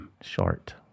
short